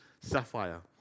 sapphire